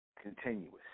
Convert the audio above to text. continuous